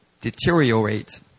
deteriorate